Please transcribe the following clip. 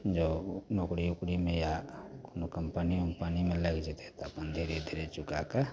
job नौकरी ओकरीमे या कोनो कम्पनी वम्पनीमे लागि जएतै तऽ अपन धीरे चुकैके